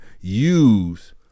use